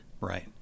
Right